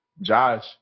Josh